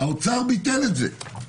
האוצר ביטל את זה.